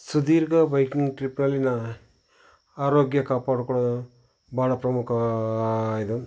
ಸುದೀರ್ಘ ಬೈಕ್ನಿಂಗ್ ಟ್ರಿಪ್ಪಲ್ಲಿನ ಆರೋಗ್ಯ ಕಾಪಾಡ್ಕೊಳ್ಳೋದು ಭಾಳ ಪ್ರಮುಖ ಇದು